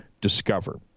discover